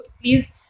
please